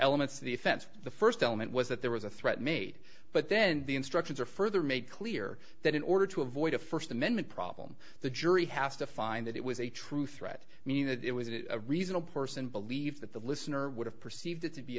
offense the first element was that there was a threat made but then the instructions are further made clear that in order to avoid a first amendment problem the jury has to find that it was a true threat meaning that it was a reasonable person believe that the listener would have perceived it to be